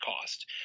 cost